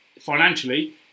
financially